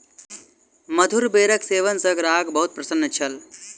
मधुर बेरक सेवन सॅ ग्राहक बहुत प्रसन्न छल